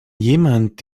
jemand